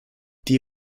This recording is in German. die